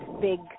big